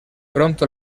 pronto